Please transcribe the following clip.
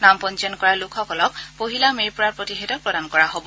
নাম পঞ্জীয়ন কৰা লোকসকলক পহিলা মেৰ পৰা প্ৰতিষেধক প্ৰদান কৰা হ'ব